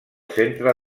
centre